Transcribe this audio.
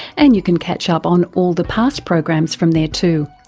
and you can catch up on all the past programs from there too.